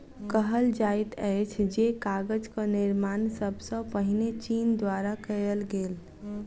कहल जाइत अछि जे कागजक निर्माण सब सॅ पहिने चीन द्वारा कयल गेल